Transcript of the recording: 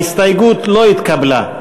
ההסתייגות לא התקבלה.